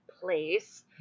place